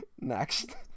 Next